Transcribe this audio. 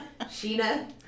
Sheena